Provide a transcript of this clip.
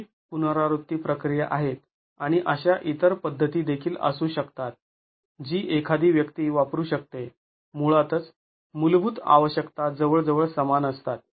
दोन्ही पुनरावृत्ती प्रक्रिया आहेत आणि अशा इतर पद्धती देखील असू शकतात जी एखादी व्यक्ती वापरू शकते मुळातच मूलभूत आवश्यकता जवळजवळ समान असतात